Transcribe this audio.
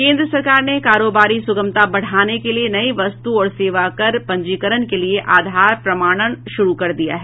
केन्द्र सरकार ने कारोबारी सुगमता बढ़ाने के लिए नई वस्तु और सेवा कर पंजीकरण के लिए आधार प्रमाणन शुरु कर दिया है